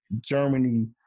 Germany